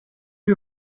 you